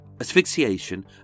asphyxiation